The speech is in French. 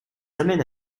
amène